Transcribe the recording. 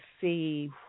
see